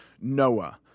Noah